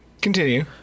Continue